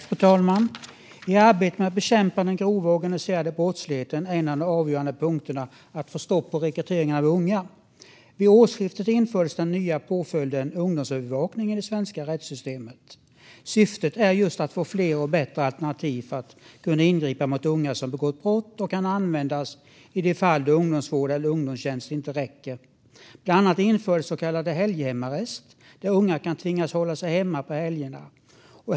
Fru talman! I arbetet med att bekämpa den grova organiserade brottsligheten är en av de avgörande punkterna att få stopp på rekryteringen av unga. Vid årsskiftet infördes den nya påföljden ungdomsövervakning i det svenska rättssystemet. Syftet är just att få fler och bättre alternativ för att kunna ingripa mot unga som begått brott. Påföljden kan användas i de fall ungdomsvård eller ungdomstjänst inte räcker. Bland annat infördes så kallad helghemarrest, som innebär att unga kan tvingas hålla sig hemma på helgerna.